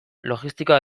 logistikoa